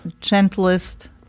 gentlest